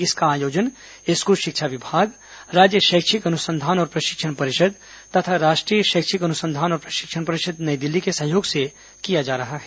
इसका आयोजन स्कूल शिक्षा विमाग राज्य शैक्षिक अनुसंधान और प्रशिक्षण परिषद तथा राष्ट्रीय शैक्षिक अनुसंघान और प्रशिक्षण परिषद नई दिल्ली के सहयोग से किया जा रहा है